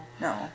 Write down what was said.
no